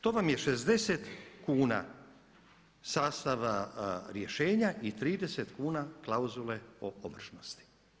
To vam je 60 kuna sastava rješenja i 30 kuna klauzule o površnosti.